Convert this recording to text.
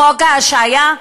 חוק ההשעיה,